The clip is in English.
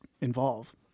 involve